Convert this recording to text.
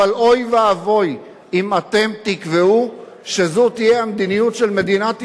אבל אוי ואבוי אם אתם תקבעו שזו תהיה המדיניות של מדינת ישראל.